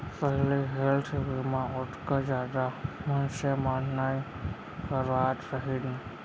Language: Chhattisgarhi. पहिली हेल्थ बीमा ओतका जादा मनसे मन नइ करवात रहिन